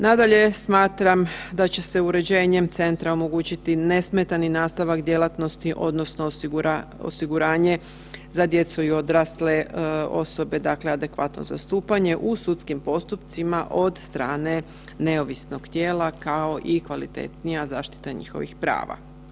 Nadalje, smatram da će se uređenjem centra omogućiti nesmetani nastavak djelatnosti odnosno osiguranje za djecu i odrasle osobe, dakle adekvatno zastupanje u sudskim postupcima od strane neovisnog tijela kao i kvalitetnija zaštita njihovih prava.